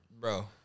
Bro